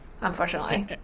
unfortunately